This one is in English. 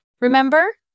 Remember